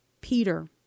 Peter